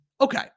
Okay